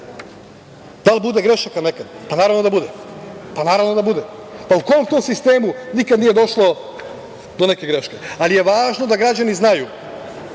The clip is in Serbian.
li bude grešaka nekada? Pa, naravno da bude. Pa, u kom to sistemu nikada nije došlo do neke greške, ali je važno da građani znaju